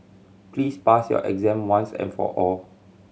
please pass your exam once and for all